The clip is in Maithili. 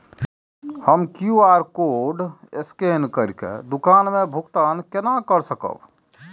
हम क्यू.आर कोड स्कैन करके दुकान में भुगतान केना कर सकब?